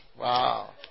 Wow